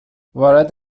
وارد